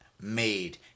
made